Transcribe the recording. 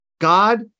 God